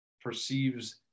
perceives